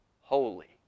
Holy